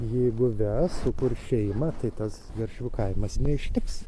jeigu ves sukurs šeimą tai tas garšvių kaimas neištiks